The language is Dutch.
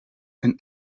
een